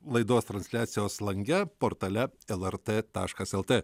laidos transliacijos lange portale lrt taškas lt